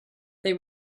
they